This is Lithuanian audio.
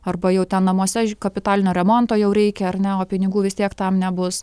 arba jau ten namuose kapitalinio remonto jau reikia ar ne o pinigų vis tiek tam nebus